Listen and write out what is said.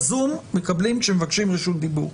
בזום מקבלים כשמבקשים רשות דיבור.